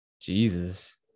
Jesus